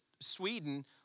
Sweden